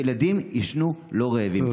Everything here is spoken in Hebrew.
ושילדים יישנו לא רעבים.